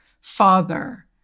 father